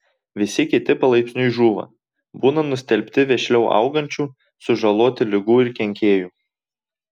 visi kiti palaipsniui žūva būna nustelbti vešliau augančių sužaloti ligų ir kenkėjų